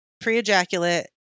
pre-ejaculate